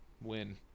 Win